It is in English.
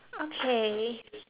okay